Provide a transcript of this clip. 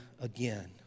again